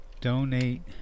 donate